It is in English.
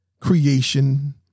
creation